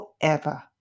forever